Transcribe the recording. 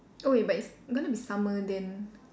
oh wait but it's going to be summer then